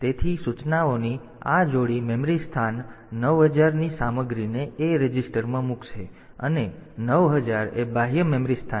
તેથી સૂચનાઓની આ જોડી મેમરી સ્થાન 9000 ની સામગ્રીને A રજિસ્ટરમાં મૂકશે અને 9000 એ બાહ્ય મેમરી સ્થાન છે